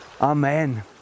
Amen